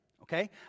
Okay